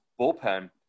bullpen